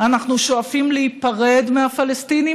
אנחנו שואפים להיפרד מהפלסטינים,